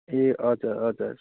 ए हजुर हजुर